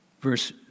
Verse